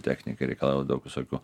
technika reikalauja daug visokių